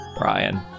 Ryan